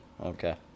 Okay